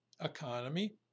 economy